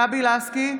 גבי לסקי,